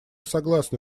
согласны